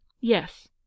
Yes